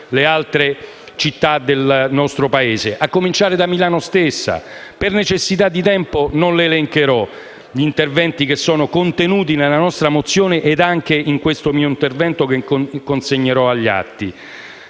a cominciare dalla stessa Milano. Per necessità di tempo non elencherò gli interventi contenuti nella nostra mozione e in questo mio intervento, che consegnerò agli atti.